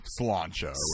Cilantro